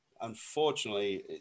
unfortunately